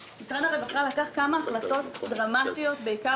משרד הרווחה לקח כמה החלטות דרמטיות בעיקר